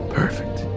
perfect